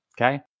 okay